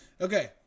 Okay